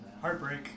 Heartbreak